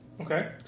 Okay